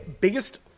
biggest